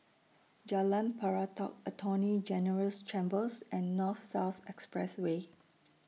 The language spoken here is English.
Jalan Pelatok Attorney General's Chambers and North South Expressway